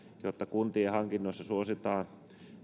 ja kuntien hankinnoissa suositaan